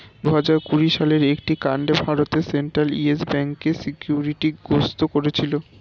দুহাজার কুড়ি সালের একটি কাণ্ডে ভারতের সেন্ট্রাল ইয়েস ব্যাঙ্ককে সিকিউরিটি গ্রস্ত করেছিল